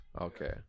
Okay